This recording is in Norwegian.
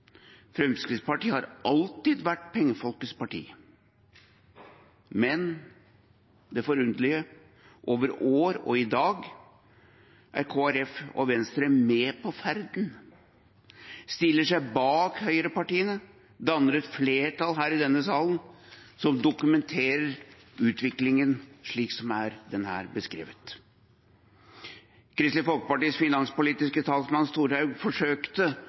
Fremskrittspartiet har alltid vært pengefolkets parti. Men det forunderlige er at over år og i dag er Kristelig Folkeparti og Venstre med på ferden, stiller seg bak høyrepartiene her i denne salen og danner et flertall som dokumenterer utviklingen slik den er beskrevet. Kristelig Folkepartis finanspolitiske talsmann, Storehaug, forsøkte